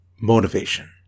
motivation